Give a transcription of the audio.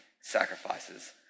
sacrifices